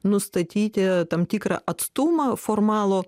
nustatyti tam tikrą atstumą formalų